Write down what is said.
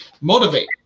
motivate